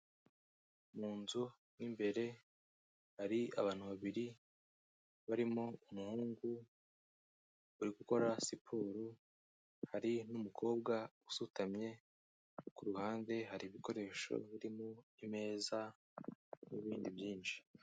Mu nzu mo imbere hari abantu babiri barimo umuhungu uri gukora siporo, hari n'umukobwa usutamye, ku ruhande hari ibikoresho birimo imeza n'ibindi byinshi.